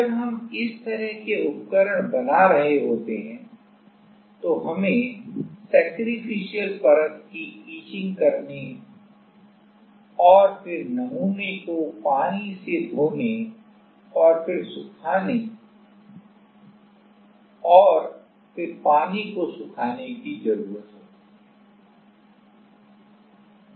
जब हम इस तरह के उपकरण बना रहे होते हैं तो हमें सैक्रिफिशियल परत की इचिंग करने और फिर नमूने को पानी से धोने और फिर पानी को सुखाने की ज़रूरत होती है